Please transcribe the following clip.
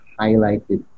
highlighted